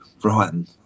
Brighton